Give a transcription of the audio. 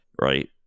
right